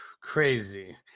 Crazy